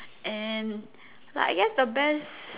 and like I guess the best